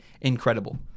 incredible